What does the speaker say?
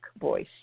voice